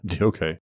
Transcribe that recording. Okay